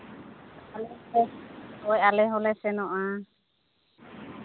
ᱟᱞᱮ ᱥᱮᱫ ᱦᱳᱭ ᱟᱞᱮ ᱦᱚᱸᱞᱮ ᱥᱮᱱᱚᱜᱼᱟ